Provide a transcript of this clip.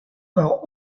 par